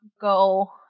go